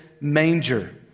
manger